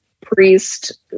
priest